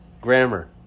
Grammar